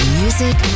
music